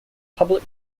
public